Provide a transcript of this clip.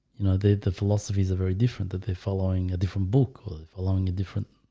you know, the philosophies are very different that they're following a different book was following it different,